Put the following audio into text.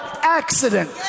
accident